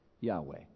Yahweh